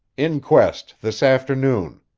inquest this afternoon.